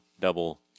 double